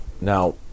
Now